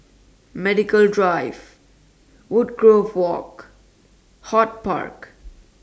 Medical Drive Woodgrove Walk HortPark